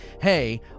hey